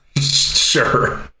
Sure